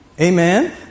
Amen